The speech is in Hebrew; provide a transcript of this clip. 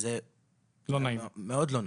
וזה מאוד לא נעים.